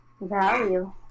Value